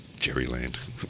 Jerryland